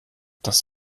das